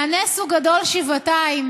והנס הוא גדול שבעתיים,